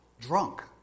drunk